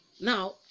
Now